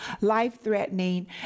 life-threatening